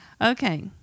Okay